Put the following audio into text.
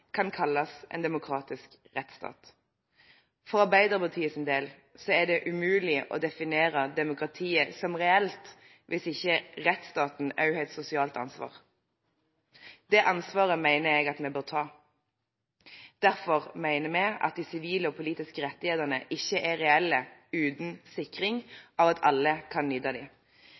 kan kalles en demokratisk rettsstat. For Arbeiderpartiets del er det umulig å definere demokratiet som reelt hvis ikke rettsstaten også har et sosialt ansvar. Det ansvaret mener jeg at vi bør ta. Derfor mener vi at de sivile og politiske rettighetene ikke er reelle uten sikring for at alle kan nyte